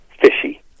fishy